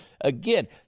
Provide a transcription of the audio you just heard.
Again